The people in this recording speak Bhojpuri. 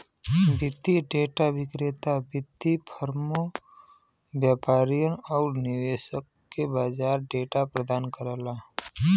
वित्तीय डेटा विक्रेता वित्तीय फर्मों, व्यापारियन आउर निवेशक के बाजार डेटा प्रदान करला